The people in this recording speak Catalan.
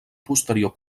posterior